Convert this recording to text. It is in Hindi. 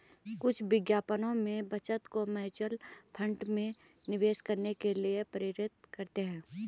कुछ विज्ञापनों में बचत को म्यूचुअल फंड में निवेश करने के लिए प्रेरित करते हैं